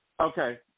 Okay